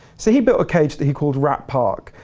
so, he built a cage that he called rat park.